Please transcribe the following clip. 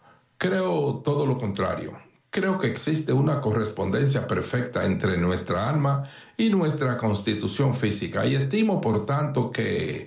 creo todo lo contrario creo que existe una correspondencia perfecta entre nuestra alma y nuestra constitución física y estimo por tanto que